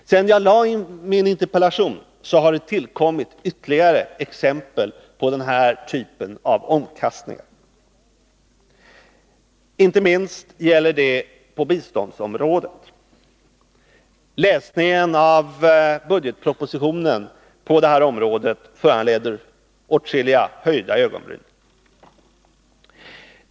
Sedan jag framställde min interpellation har det tillkommit ytterligare exempel på den här typen av omkastningar. Inte minst gäller det på biståndsområdet. Läsningen av budgetpropositionen när det gäller det här området föranleder åtskilliga höjda ögonbryn.